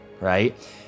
right